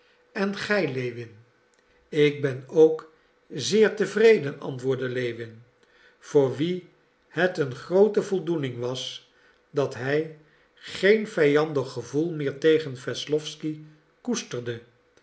en gij lewin ik ben ook zeer tevreden antwoordde lewin voor wien het een groote voldoening was dat hij geen vijandig gevoel meer tegen wesslowsky koesterde